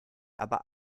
aber